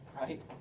right